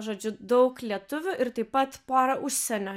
žodžiu daug lietuvių ir taip pat porą užsienio